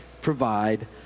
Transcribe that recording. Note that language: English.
provide